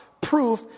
proof